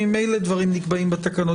אם ממילא דברים נקבעים בתקנות,